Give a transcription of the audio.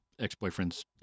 ex-boyfriend's